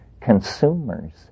consumers